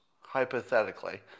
hypothetically